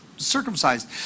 circumcised